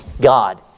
God